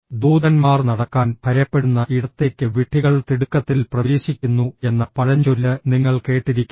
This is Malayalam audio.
ദൂതന്മാർ നടക്കാൻ ഭയപ്പെടുന്ന ഇടത്തേക്ക് വിഡ്ഢികൾ തിടുക്കത്തിൽ പ്രവേശിക്കുന്നു എന്ന പഴഞ്ചൊല്ല് നിങ്ങൾ കേട്ടിരിക്കാം